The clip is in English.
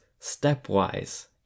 stepwise